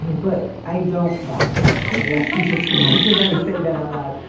but i don't want to yeah i actually just realized, as i would say that out loud,